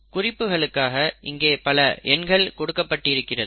குறிப்புகளுக்காக இங்கே பல எண்கள் கொடுக்கப்பட்டிருக்கிறது